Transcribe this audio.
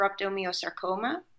rhabdomyosarcoma